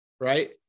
right